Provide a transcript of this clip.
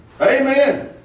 Amen